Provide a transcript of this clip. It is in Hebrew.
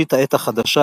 בראשית העת החדשה